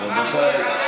מובנים.